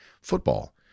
football